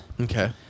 Okay